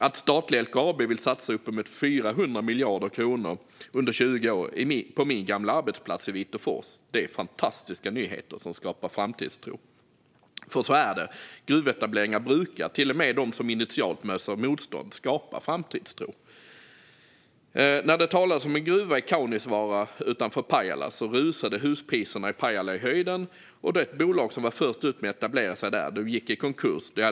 Att statliga LKAB vill satsa uppemot 400 miljarder kronor under 20 år på min gamla arbetsplats i Vitåfors är fantastiska nyheter som skapar framtidstro. För så är det; gruvetableringar brukar skapa framtidstro, till och med de som initialt möts av motstånd. När det talades om en gruva i Kaunisvaara utanför Pajala rusade huspriserna i Pajala i höjden, och det bolag som var först ut med att etablera sig där gick i konkurs.